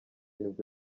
nibwo